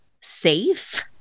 safe